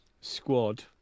squad